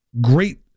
great